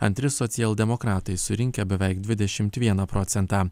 antri socialdemokratai surinkę beveik dvidešimt vieną procentą